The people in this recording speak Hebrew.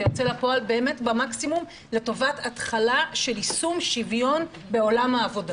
ויוצא לפועל באמת במקסימום לטובת התחלה של יישום שוויון בעולם העבודה.